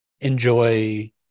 enjoy